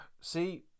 See